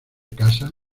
casa